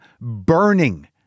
burning